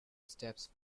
steps